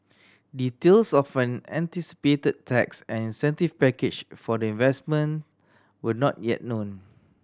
details of an anticipated tax and incentive package for the investment were not yet known